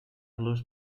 l’ús